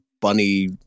bunny